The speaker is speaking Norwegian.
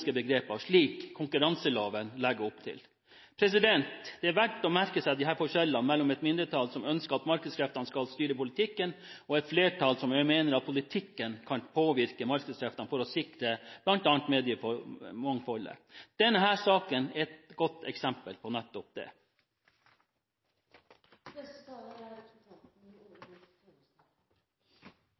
økonomiske begreper, slik konkurranseloven legger opp til. Det er verdt å merke seg disse forskjellene mellom et mindretall som ønsker at markedskreftene skal styre politikken, og et flertall som mener at politikken kan påvirke markedskreftene, for å sikre bl.a. mediemangfoldet. Denne saken er et godt eksempel på nettopp det. Bare et par kommentarer til i og for seg både statsrådens og representanten